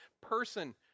person